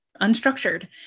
unstructured